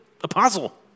apostle